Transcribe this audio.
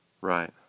right